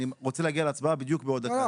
אני רוצה להגיע להצבעה בדיוק בעוד דקה.